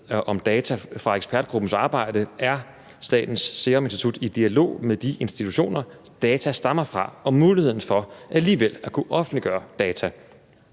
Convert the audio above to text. om data fra ekspertgruppens arbejde er Statens Serum Institut i dialog med de institutioner, data stammer fra, om muligheden for alligevel at kunne offentliggøre data.